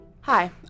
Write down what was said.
Hi